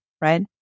right